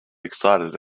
excited